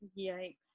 Yikes